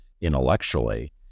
intellectually